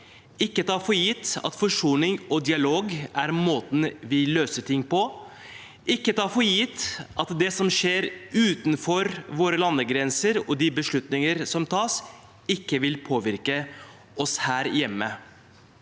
ikke ta for gitt at forsoning og dialog er måten vi løser ting på, ikke ta for gitt at det som skjer utenfor våre landegrenser, og de beslutninger som tas, ikke vil påvirke oss her hjemme.